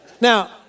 Now